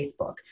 Facebook